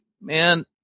man